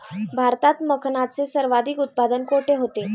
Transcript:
भारतात मखनाचे सर्वाधिक उत्पादन कोठे होते?